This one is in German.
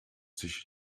sich